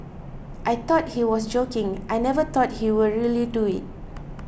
I thought he was joking I never thought he will really do it